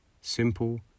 simple